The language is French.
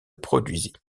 produisit